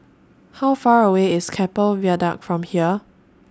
How Far away IS Keppel Viaduct from here